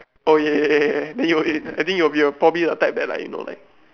oh ya ya ya ya ya then you will I think you will be probably the type that like you know like